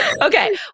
Okay